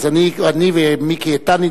אני ומיקי איתן,